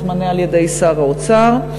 מתמנה על-ידי שר האוצר,